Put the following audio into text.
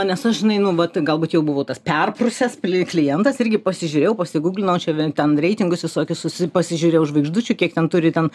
nes aš žinai nu vat galbūt jau buvau tas perprusęs pli klientas irgi pasižiūrėjau pasigūglinau aš čia ten reitingus visokius susi pasižiūrėjau žvaigždučių kiek ten turi ten